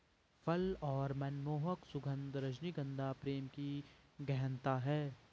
फल और मनमोहक सुगन्ध, रजनीगंधा प्रेम की गहनता है